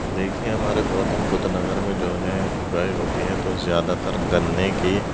دیکھیے ہمارے گوتم بُدھ نگر میں جو ہے اُگائی ہوتی ہے تو زیادہ تر گنّے کی